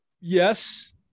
Yes